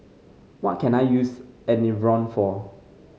what can I use Enervon for